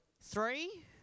Three